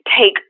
take